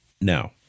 Now